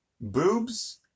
Boobs